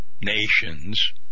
nations